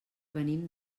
venim